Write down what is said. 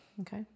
Okay